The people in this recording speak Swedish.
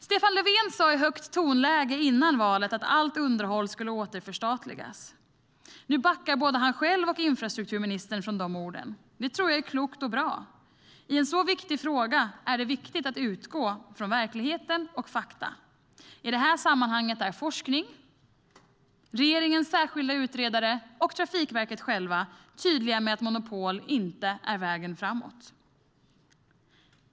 Stefan Löfven sa i högt tonläge innan valet att allt underhåll skulle återförstatligas. Nu backar både han själv och infrastrukturministern från de orden. Det tror jag är klokt och bra. I en så viktig fråga är det viktigt att utgå från verkligheten och fakta. I det här sammanhanget är forskning, regeringens särskilda utredare och Trafikverket självt tydliga med att monopol inte är vägen framåt.